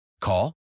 Call